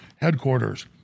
headquarters